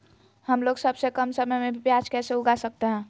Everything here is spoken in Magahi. हमलोग सबसे कम समय में भी प्याज कैसे उगा सकते हैं?